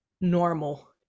normal